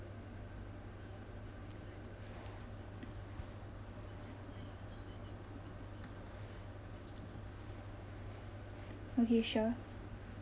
okay sure